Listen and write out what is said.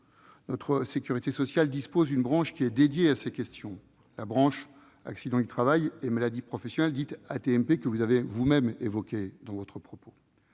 notre sécurité sociale dispose d'une branche dédiée à ces questions, la branche accidents du travail et maladies professionnelles, dites AT-MP, que vous avez vous-même évoquée dans votre propos.